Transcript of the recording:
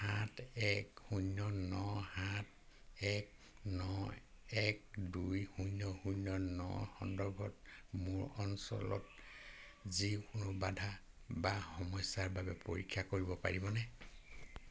সাত এক শূন্য ন সাত এক ন এক দুই শূন্য শূন্য নৰ সন্দৰ্ভত মোৰ অঞ্চলত যিকোনো বাধা বা সমস্যাৰ বাবে পৰীক্ষা কৰিব পাৰিবনে